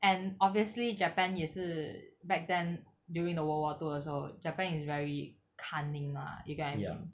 and obviously japan 也是 back then during the world war two 的时候 japan is very cunning lah you get what I mean